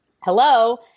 hello